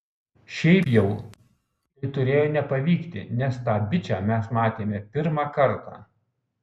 šiaip jau tai turėjo nepavykti nes tą bičą mes matėme pirmą kartą